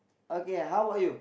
okay how about you